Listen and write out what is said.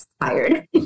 tired